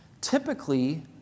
Typically